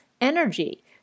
energy